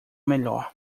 melhor